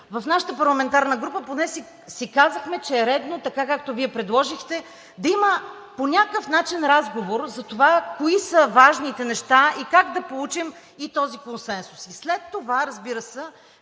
в нашата парламентарна група поне си казахме, че е редно, така, както Вие предложихте, да има по някакъв начин разговор за това, кои са важните неща и как да получим и този консенсус. И след това, разбира се,